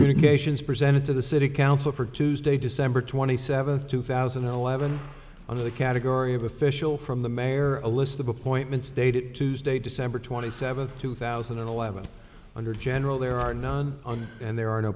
medications presented to the city council for tuesday december twenty seventh two thousand and eleven under the category of official from the mayor a list of appointments dated tuesday december twenty seventh two thousand and eleven under general there are none on and there are no